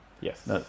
Yes